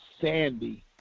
sandy